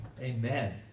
Amen